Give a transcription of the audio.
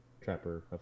trapper